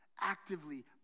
actively